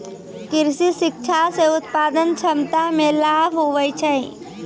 कृषि शिक्षा से उत्पादन क्षमता मे लाभ हुवै छै